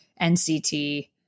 NCT